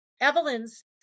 Evelyn's